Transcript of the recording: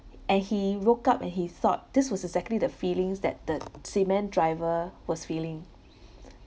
and he woke up and he thought this was exactly the feelings that the cement driver was feeling